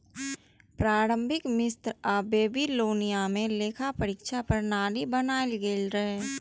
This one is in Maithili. प्रारंभिक मिस्र आ बेबीलोनिया मे लेखा परीक्षा प्रणाली बनाएल गेल रहै